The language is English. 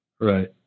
Right